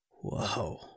Whoa